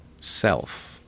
self